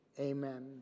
Amen